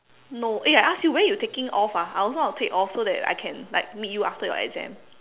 no eh I ask you when you taking off ah I also want take off so that I can like meet you after your exam